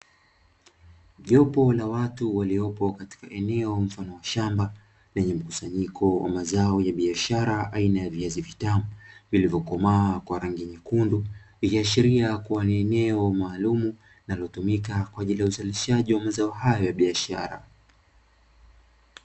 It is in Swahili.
Jopo la watu waliopo katika eneo mfano wa shamba lenye mkusanyiko wa mazao ya bishara aina ya viazi vitamu vilivyo komaa kwa rangi nyekundu. Ikiashiria kuwa ni eneo maalumu linalotumika kwaajili ya uzalishaji wa mazao hayo ya biashara.